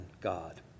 God